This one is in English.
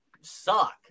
suck